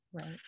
right